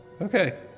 Okay